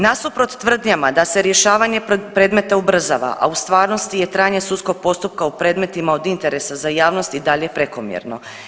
Nasuprot tvrdnjama da se rješavanje predmeta ubrzava, a u stvarnosti je trajanje sudskog postupka u predmetima od interesa za javnost i dalje prekomjerno.